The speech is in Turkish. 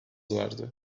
vardı